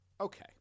Okay